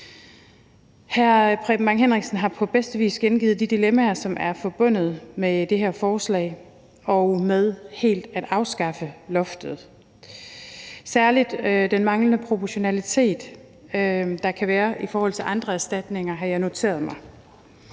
Hr. Preben Bang Henriksen har på bedste vis gengivet de dilemmaer, som er forbundet med det her forslag og med helt at afskaffe loftet. Særligt den manglende proportionalitet, der kan være i forhold til andre erstatninger, har jeg noteret mig.